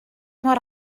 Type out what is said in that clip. mor